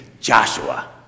Joshua